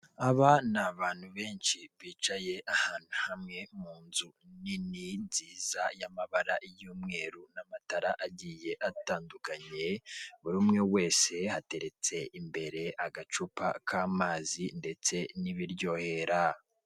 Aba ni abantu benshi bicaye ahantu hamwe mu nzu nini nziza y'amabara y'umweru n'amatara agiye atandukanye, buri umwe wese hateretse imbere agacupa k'amazi ndetse n'ibiryohera.